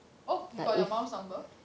oh he got your mum's number